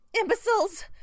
Imbeciles